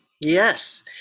Yes